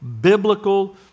biblical